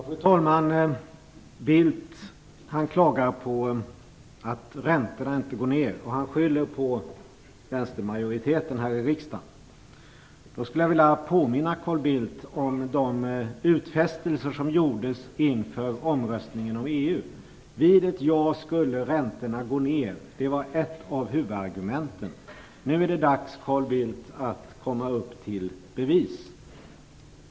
Fru talman! Carl Bildt klagar på att räntorna inte går ner, och han skyller det på vänstermajoriteten här i riksdagen. Jag vill då påminna Carl Bildt om de utfästelser som gjordes inför folkomröstningen om EU. Vid ett ja skulle räntorna gå ner - det var ett av huvudargumenten. Nu är det dags, Carl Bildt, att stå upp till bevis.